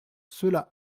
cela